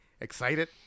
excited